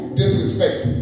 disrespect